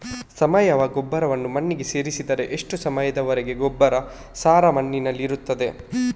ಸಾವಯವ ಗೊಬ್ಬರವನ್ನು ಮಣ್ಣಿಗೆ ಸೇರಿಸಿದರೆ ಎಷ್ಟು ಸಮಯದ ವರೆಗೆ ಗೊಬ್ಬರದ ಸಾರ ಮಣ್ಣಿನಲ್ಲಿ ಇರುತ್ತದೆ?